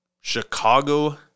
Chicago